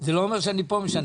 זה לא אומר שאני פה משנה.